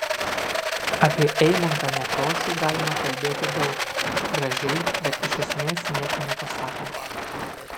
apie eimuntą nekrošių galima kalbėti daug gražiai bet iš esmės nieko nepasakant